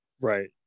Right